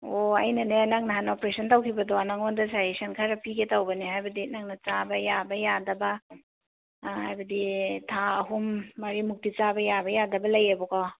ꯑꯣ ꯑꯩꯅꯅꯦ ꯅꯪ ꯅꯍꯥꯟ ꯏꯄ꯭ꯔꯦꯁꯟ ꯇꯧꯈꯤꯕꯗꯣ ꯅꯪꯉꯣꯟꯗ ꯁꯖꯦꯁꯁꯟ ꯈꯔ ꯄꯤꯒꯦ ꯇꯧꯕꯅꯦ ꯍꯥꯏꯕꯗꯤ ꯅꯪꯅ ꯆꯥꯕ ꯌꯥꯕ ꯌꯥꯗꯕ ꯍꯥꯏꯕꯗꯤ ꯊꯥ ꯑꯍꯨꯝ ꯃꯔꯤꯃꯨꯛꯇꯤ ꯆꯥꯕ ꯌꯥꯕ ꯌꯥꯗꯕ ꯂꯩꯑꯦꯕꯀꯣ